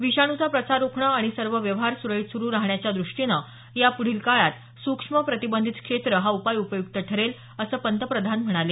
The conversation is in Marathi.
विषाणूचा प्रसार रोखणं आणि सर्व व्यवहार स्राळीत सुरु राहण्याच्या दृष्टीनं याप्ढील काळात सूक्ष्म प्रतिबंधित क्षेत्र हा उपाय उपयुक्त ठरेल असं पंतप्रधान म्हणाले